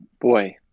boy